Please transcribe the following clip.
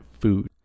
food